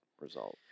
result